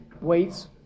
Weights